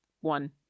one